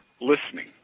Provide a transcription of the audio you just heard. listening